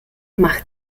mach